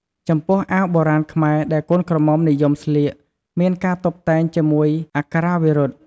ចំពោះអាវបុរាណខ្មែរដែលកូនក្រមុំនិយមស្លៀកមានការតុបតែងជាមួយអក្ខរាវិរុទ្ធ។